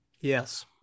Yes